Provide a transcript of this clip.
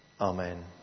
Amen